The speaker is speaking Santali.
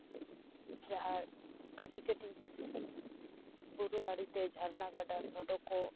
ᱡᱟᱦᱟᱸ ᱠᱟᱹᱴᱤᱡ ᱠᱟᱹᱴᱤᱡ ᱵᱩᱨᱩ ᱟᱲᱮᱛᱮ ᱡᱷᱟᱨᱱᱟ ᱜᱟᱰᱟ ᱥᱚᱰᱚᱜ ᱠᱚ